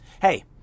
Hey